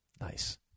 Nice